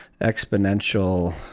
exponential